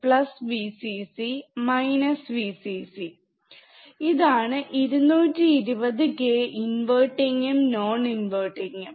Vcc Vcc ഇതാണ് 220 k ഇൻവെർട്ടിങ്ങും non ഇൻവെർട്ടിങ്ങും